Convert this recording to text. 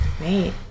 right